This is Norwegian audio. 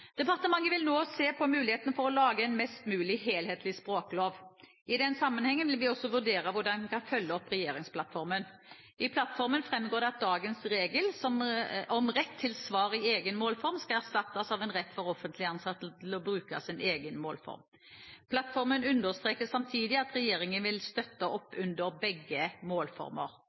Departementet vil nå se på muligheten for å lage en mest mulig helhetlig språklov. I den sammenhengen vil vi også vurdere hvordan vi skal følge opp regjeringsplattformen. I plattformen framgår det at dagens regel om rett til svar i egen målform, skal erstattes av en rett for offentlig ansatte til å bruke sin egen målform. Plattformen understreker samtidig at regjeringen vil støtte opp under begge målformer.